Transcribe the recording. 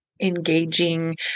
engaging